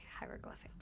hieroglyphics